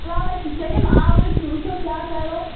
فِلحال حظ چھِ سٲلِم آوُرۍ وُچھو کیٛاہ کَرو